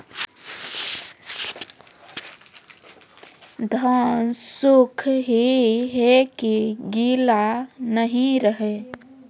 धान सुख ही है की गीला नहीं रहे?